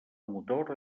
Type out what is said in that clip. motor